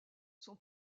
son